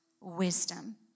wisdom